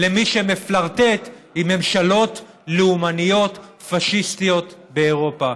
של מי שמפלרטט עם ממשלות לאומניות פשיסטיות באירופה.